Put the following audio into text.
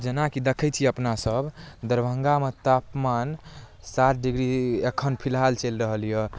जेनाकि देखैत छी अपना सब दरभङ्गामे तापमान सात डिग्री एखन फिलहाल चलि रहल यऽ